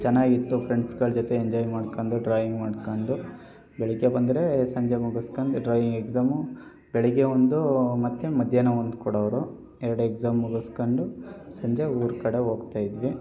ಚೆನ್ನಾಗಿತ್ತು ಫ್ರೆಂಡ್ಸ್ಗಳ ಜೊತೆ ಎಂಜಾಯ್ ಮಾಡ್ಕೊಂಡು ಡ್ರಾಯಿಂಗ್ ಮಾಡ್ಕೊಂಡು ಬೆಳಗ್ಗೆ ಬಂದರೆ ಸಂಜೆ ಮುಗಿಸ್ಕೊಂಡು ಡ್ರಾಯಿಂಗ್ ಎಕ್ಝಾಮು ಬೆಳಗ್ಗೆ ಒಂದು ಮತ್ತು ಮಧ್ಯಾಹ್ನ ಒಂದು ಕೊಡೋರು ಎರಡು ಎಕ್ಝಾಮ್ ಮುಗಿಸ್ಕೊಂಡು ಸಂಜೆ ಊರು ಕಡೆ ಹೋಗ್ತಾಯಿದ್ವಿ